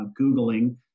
googling